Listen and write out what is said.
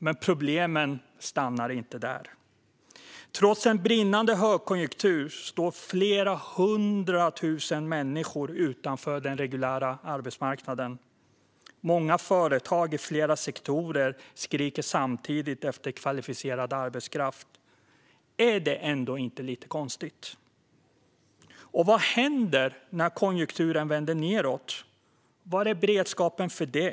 Men problemen stannar inte där. Trots en brinnande högkonjunktur står flera hundra tusen människor utanför den reguljära arbetsmarknaden. Många företag i flera sektorer skriker samtidigt efter kvalificerad arbetskraft. Är det ändå inte lite konstigt? Och vad händer när konjunkturen vänder nedåt? Var är beredskapen för det?